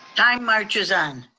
time marches on.